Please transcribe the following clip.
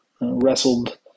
wrestled